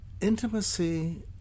intimacy